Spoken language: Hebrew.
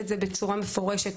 בצורה מפורשת,